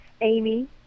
amy